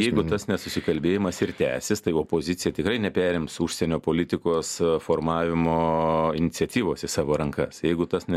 jeigu tas nesusikalbėjimas ir tęsis opozicija tikrai neperims užsienio politikos formavimo iniciatyvos į savo rankas jeigu tas ne